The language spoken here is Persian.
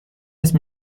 اسم